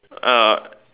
A